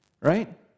Right